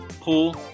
pool